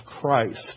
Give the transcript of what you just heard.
Christ